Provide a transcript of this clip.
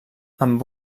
amb